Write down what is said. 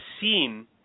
seen